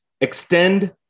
Extend